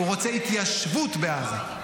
הוא רוצה התיישבות בעזה,